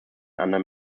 anderen